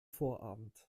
vorabend